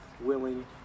willing